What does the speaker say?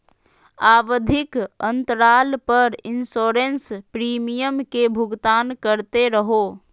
आवधिक अंतराल पर इंसोरेंस प्रीमियम के भुगतान करते रहो